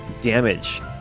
damage